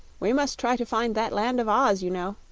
we must try to find that land of oz, you know.